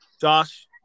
Josh